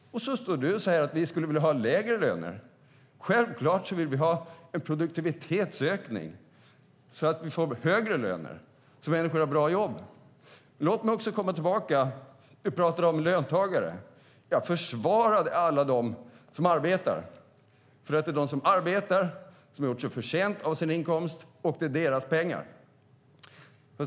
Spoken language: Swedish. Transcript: Då säger du att vi skulle vilja ha lägre löner. Självklart vill vi ha en produktivitetsökning så att vi får högre löner, så att människor har bra jobb. Låt mig också komma tillbaka till det vi pratade om tidigare, löntagare. Jag försvarade alla dem som arbetar. Det är de som arbetar som har gjort sig förtjänta av sin inkomst och det är deras pengar.